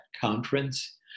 conference